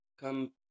come